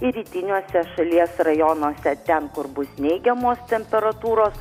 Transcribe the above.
ir rytiniuose šalies rajonuose ten kur bus neigiamos temperatūros